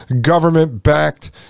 government-backed